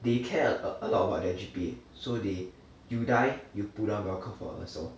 they care a a lot about their G_P_A so they you die you pull down bell curve ah so